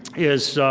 is